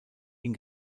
ihn